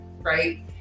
right